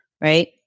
Right